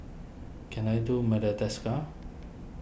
can I do Madagascar